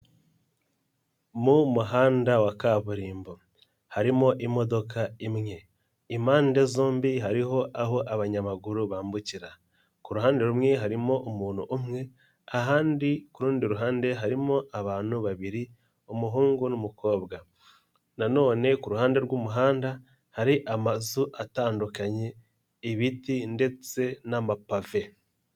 Mu muhanda wa kaburimbo harimo imodoka imwe impande zombi hariho aho abanyamaguru bambukira, ku ruhande rumwe harimo umuntu umwe ahandi ku rundi ruhande harimo abantu babiri umuhungu n'umukobwa, nanone ku ruhande rw'umuhanda hari amazu atandukanye, ibiti ndetse n'amapave.